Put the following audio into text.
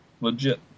legit